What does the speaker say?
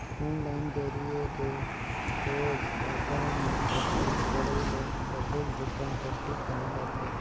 online जरिए ले सोझ खाता में भुगतान करई ल प्रत्यक्छ भुगतान पद्धति कहल जाथे